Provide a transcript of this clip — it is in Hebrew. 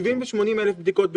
70,000 ו-80,000 בדיקות ביום,